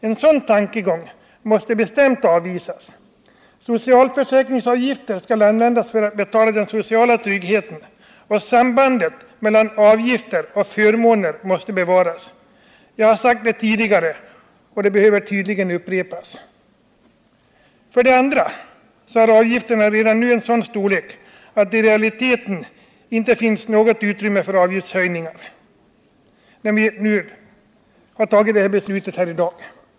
En sådan tankegång måste bestämt avvisas. För det första skall socialförsäkringsavgifter användas för att betala den sociala tryggheten, och sambandet mellan avgifter och förmåner måste bevaras. Jag har sagt det tidigare, och det behöver tydligen upprepas. För det andra har avgifterna redan nu en sådan storlek att det i realiteten inte finns något utrymme för avgiftshöjningar när vi har fattat beslutet i dag.